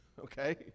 Okay